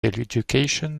education